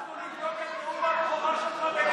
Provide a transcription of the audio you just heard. אנחנו לא עושים עסקה עם הרשימה המשותפת.